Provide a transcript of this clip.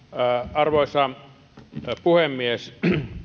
arvoisa puhemies